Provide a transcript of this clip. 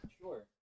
Sure